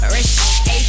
Rich